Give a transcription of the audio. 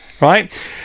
Right